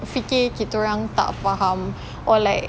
fikir kita orang tak faham or like